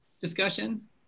discussion